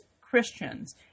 Christians